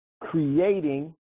creating